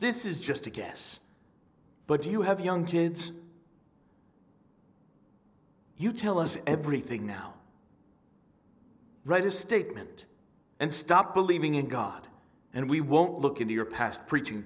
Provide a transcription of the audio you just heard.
this is just a guess but you have young kids you tell us everything no write a statement and stop believing in god and we won't look into your past preaching